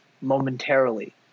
momentarily